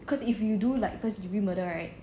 cause if you do like first degree murder right